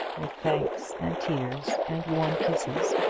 with thanks and tears, and warm kisses,